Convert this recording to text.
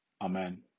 Amen